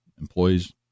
employees